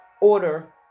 order